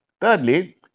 Thirdly